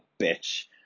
bitch